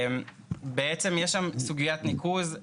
יש שם סוגיית ניקוז.